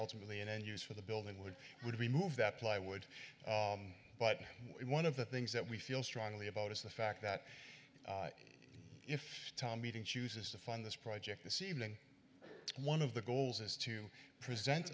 ultimately an end use for the building would would remove that plywood but one of the things that we feel strongly about is the fact that if tom meeting chooses to fund this project this evening one of the goals is to present